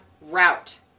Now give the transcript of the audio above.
route